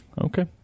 Okay